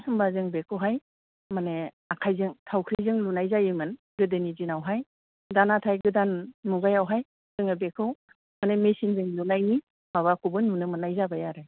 होमबा जों बेखौहाय मानि आखायजों थावख्रिजों लुनाय जायोमोन गोदोनि दिनावहाय दा नाथाय गोदान मुगायावहाय जोङो बेखौ मानि मेसिनजों लुनायनि माबाखौबो नुनो मोन्नाय जाबाय आरो